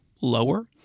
lower